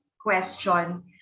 question